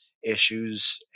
issues